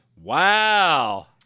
Wow